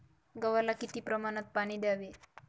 गव्हाला किती प्रमाणात पाणी द्यावे?